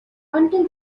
until